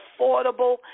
affordable